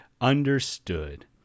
Understood